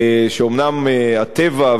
שאומנם הטבע,